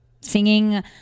singing